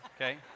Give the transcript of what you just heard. okay